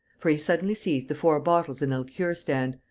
for he suddenly seized the four bottles in a liqueur-stand,